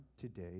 today